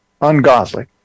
ungodly